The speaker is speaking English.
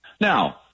Now